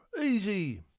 Easy